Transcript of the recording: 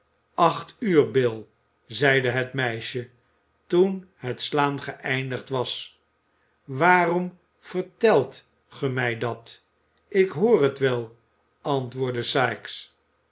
acht uur bill zeide het meisje toen het slaan geëindigd was waarom vertelt ge mij dat ik hoor het wel antwoordde